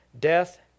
death